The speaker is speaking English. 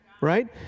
right